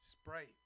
Sprite